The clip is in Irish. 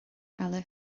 eile